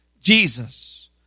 Jesus